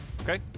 Okay